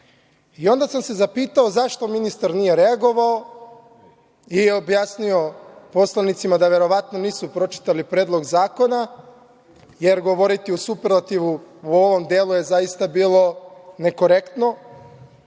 sluha. Onda sam se zapitao – zašto ministar nije reagovao i objasnio poslanicima da verovatno nisu pročitali Predlog zakona, jer govoriti u superlativu u ovom delu je zaista bilo nekorektno?